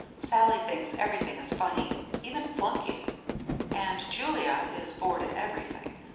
sallie thinks everything is funny even flunking and julia is bored at everything.